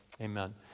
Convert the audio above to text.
Amen